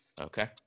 Okay